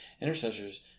intercessors